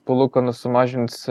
palūkanų sumažins